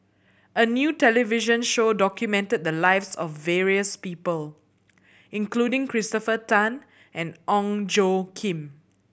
a new television show documented the lives of various people including Christopher Tan and Ong Tjoe Kim